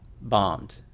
bombed